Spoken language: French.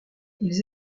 ils